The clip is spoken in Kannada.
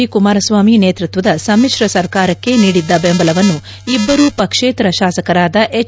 ದಿ ಕುಮಾರಸ್ವಾಮಿ ನೇತೃತ್ವದ ಸಮ್ಮಿಶ್ರ ಸರ್ಕಾರಕ್ಕೆ ನೀಡಿದ್ದ ಬೆಂಬಲವನ್ನು ಇಬ್ಬರು ಪಕ್ಷೇತರ ಶಾಸಕರಾದ ಎಚ್